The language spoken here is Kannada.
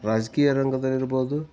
ರಾಜಕೀಯ ರಂಗದಲ್ಲಿರ್ಬೋದು